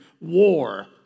war